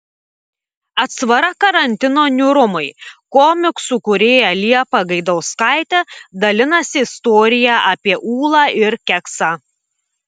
atsvara karantino niūrumui komiksų kūrėja liepa gaidauskaitė dalinasi istorija apie ūlą ir keksą